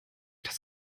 das